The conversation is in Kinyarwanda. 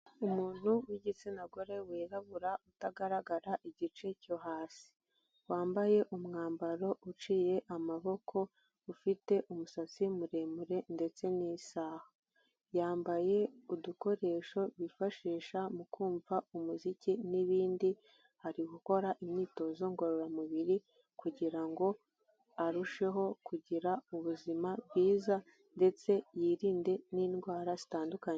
Umuntu w'igitsina gore wirabura utagaragara igice cyo hasi, wambaye umwambaro uciye amaboko ufite umusatsi muremure ndetse n'isaha, yambaye udukoresho bifashisha mu kumva umuziki n'ibindi, ari gukora imyitozo ngororamubiri kugira ngo arusheho kugira ubuzima bwiza, ndetse yirinde n'indwara zitandukanye.